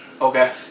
Okay